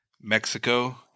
Mexico